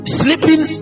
sleeping